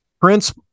Prince